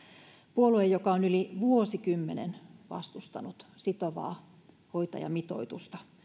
puolue joka on yli vuosikymmenen vastustanut sitovaa hoitajamitoitusta